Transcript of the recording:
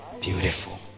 Beautiful